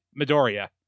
Midoriya